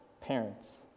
parents